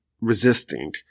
resisting